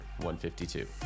152